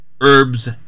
Herbs